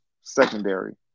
secondary